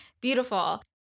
beautiful